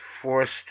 forced